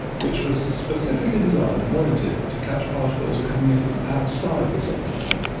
which was specifically designed and oriented to catch particles coming in from outside the solar system,